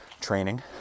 training